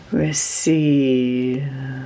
receive